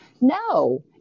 no